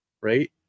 right